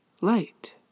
light